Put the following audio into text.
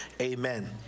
Amen